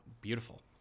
Beautiful